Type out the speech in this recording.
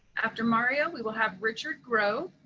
after mario, we will have richard grow.